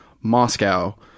Moscow